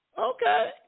Okay